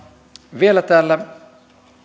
vielä täällä